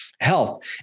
health